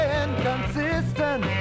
inconsistent